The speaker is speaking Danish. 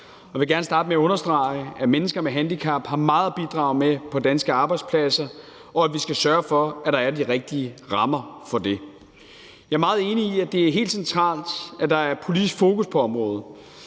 jeg vil gerne starte med at understrege, at mennesker med handicap har meget at bidrage med på danske arbejdspladser, og at vi skal sørge for, at der er de rigtige rammer for det. Jeg er meget enig i, at det er helt centralt, at der er politisk fokus på området.